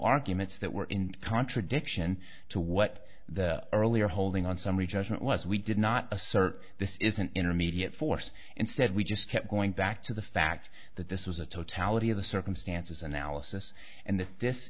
arguments that were in contradiction to what the earlier holding on summary judgment was we did not assert this is an intermediate force instead we just kept going back to the fact that this is a totality of the circumstances analysis and that this